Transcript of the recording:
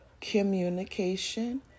communication